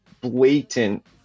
blatant